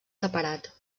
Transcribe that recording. separat